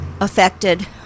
affected